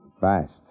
fast